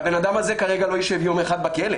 והבן אדם הזה כרגע לא ישב יום אחד בכלא.